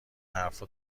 حرفها